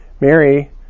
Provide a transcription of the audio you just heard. Mary